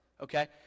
Okay